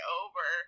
over